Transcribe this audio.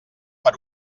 per